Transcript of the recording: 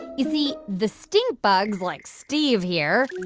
you see, the stink bugs, like steve here,